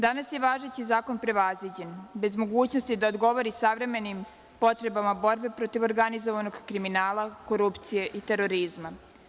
Danas je važeći zakon prevaziđen, bez mogućnosti da odgovori savremenim potrebama borbe protiv organizovanog kriminala, korupcije i terorizma.